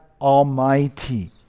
Almighty